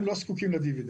הם לא זקוקים לדיבידנד.